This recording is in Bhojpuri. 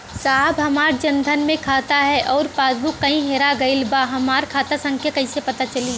साहब हमार जन धन मे खाता ह अउर पास बुक कहीं हेरा गईल बा हमार खाता संख्या कईसे पता चली?